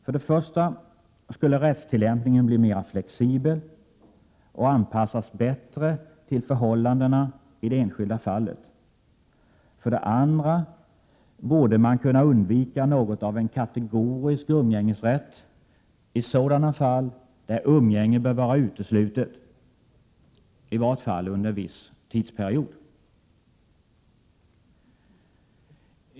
För det första skulle rättstillämpningen bli mera flexibel och anpassas bättre till förhållandena i det enskilda fallet. För det andra borde man kunna undvika något av en kategorisk umgängesrätt i sådana fall där umgänge bör vara uteslutet i varje fall under en viss tidsperiod.